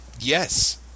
Yes